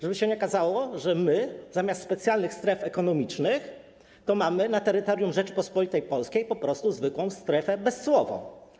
Żeby się nie okazało, że zamiast specjalnych stref ekonomicznych mamy na terytorium Rzeczypospolitej Polskiej po prostu zwykłą strefę bezcłową.